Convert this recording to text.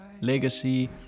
legacy